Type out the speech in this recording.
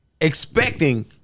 expecting